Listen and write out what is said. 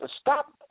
Stop